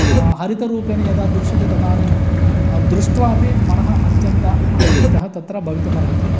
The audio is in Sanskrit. हरितरूपेण यदा दृश्यते तदानीं दृष्ट्वा अपि मनः अत्यन्त आनन्दितः तत्र भवितुम् अर्हति